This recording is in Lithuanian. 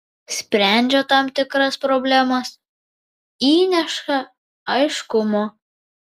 sprendžia tam tikras problemas įneša aiškumo